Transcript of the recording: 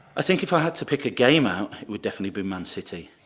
i think if i had to pick a game out, it would definitely be man city.